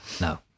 No